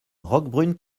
roquebrune